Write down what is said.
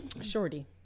Shorty